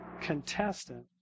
contestant